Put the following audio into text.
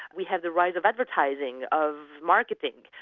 we have the rise of advertising, of marketing,